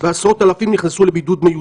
ועשרות אלפים נכנסו לבידוד מיותר.